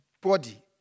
body